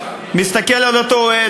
מסתכל על אותו אוהד,